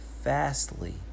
Fastly